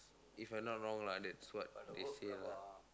If I not wrong lah that's what they say lah